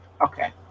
okay